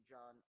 John